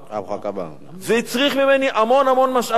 וזה הצריך ממני המון המון משאבים.